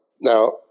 Now